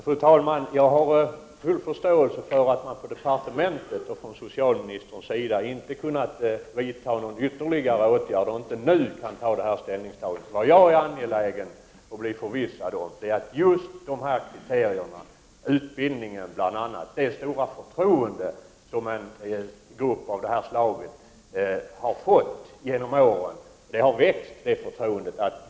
Fru talman! Jag har full förståelse för att departementet och socialministern inte har kunnat vidta någon ytterligare åtgärd och för att det inte nu går att göra ett ställningstagande. Vad jag är angelägen om är att bli förvissad om hur det förhåller sig när det gäller kriterierna på detta område. Bl.a. gäller det utbildningen och det stora förtroende som en grupp av det här slaget har tillmätts genom åren. Detta förtroende har ju också växt.